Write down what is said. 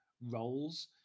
roles